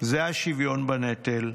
זה השוויון בנטל,